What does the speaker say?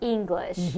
English